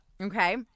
Okay